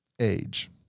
age